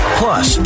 plus